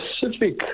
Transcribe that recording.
specific